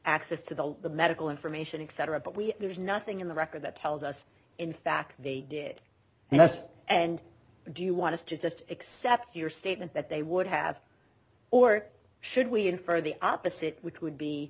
access to the the medical information except but we there's nothing in the record that tells us in fact the did and that's and do you want us to just accept your statement that they would have or should we infer the opposite which would be